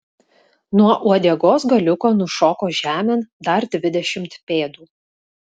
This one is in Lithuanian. nuo uodegos galiuko nušoko žemėn dar dvidešimt pėdų